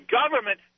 government